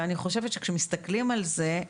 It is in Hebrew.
ואני חושבת שכשמסתכלים על זה,